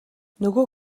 нөгөө